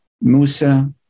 Musa